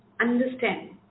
understand